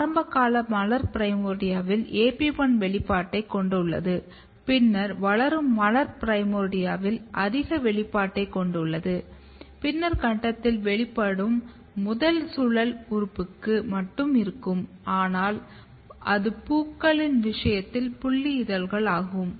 ஆரம்பகால மலர் பிரைமோர்டியாவில் AP1 வெளிப்பாட்டைக் கொண்டுள்ளது பின்னர் வளரும் மலர் பிரைமோர்டியாவில் அதிக வெளிப்பாட்டைக் கொண்டுள்ளது பின்னர் கட்டத்தில் வெளிப்பாடு முதல் சுழல் உறுப்புக்கு மட்டும் இருக்கும் இது பூக்களின் விஷயத்தில் புல்லி இதழ்கள் ஆகும்